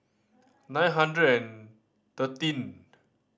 nine hundred and thirteen